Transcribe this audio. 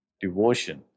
devotion